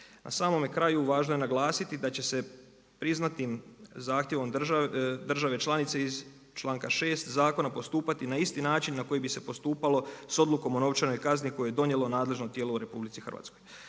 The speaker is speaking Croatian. Na samome kraju važno je naglasiti da će se priznatim zahtjevom države članice iz članka 6. zakona postupati na isti način na koji bi se postupalo s odlukom o novčanoj kazni koju je donijelo nadležno tijelo u RH. Ovako